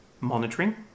monitoring